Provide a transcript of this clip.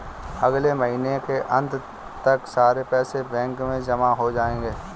अगले महीने के अंत तक सारे पैसे बैंक में जमा हो जायेंगे